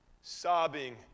sobbing